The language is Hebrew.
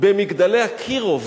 ב"מגדלי אקירוב".